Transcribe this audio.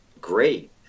great